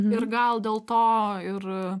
ir gal dėl to ir